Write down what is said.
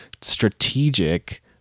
strategic